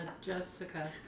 jessica